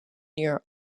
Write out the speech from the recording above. near